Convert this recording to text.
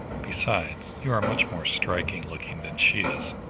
besides, you are much more striking-looking than she is.